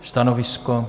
Stanovisko?